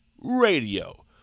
Radio